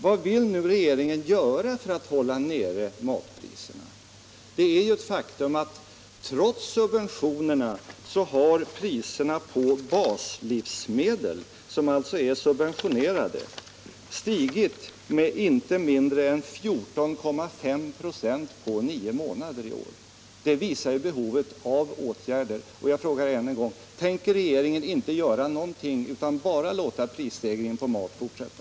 Vad vill nu regeringen göra för att hålla nere matpriserna? Det är ju ett faktum att trots subventionerna har priserna på baslivsmedel, som alltså är subventionerade, stigit med inte mindre än 14,5 96 på nio månader i år. Det visar behovet av åtgärder. Jag frågar än en gång: Tänker regeringen inte göra någonting utan bara låta prisstegringen på mat fortsätta?